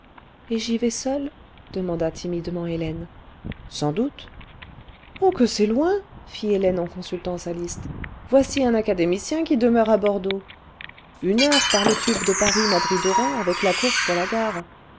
et y y vais seule demanda timidement hélène sans doute oh que c'est loin fit hélène en consultant sa liste voici un académicien qui demeure à bordeaux jjne heure par le tube de paris madrid oran avec la course pour la gare